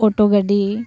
auto ᱜᱟᱹᱰᱤ